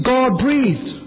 God-breathed